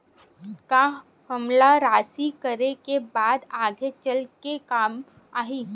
का हमला राशि करे के बाद आगे चल के काम आही?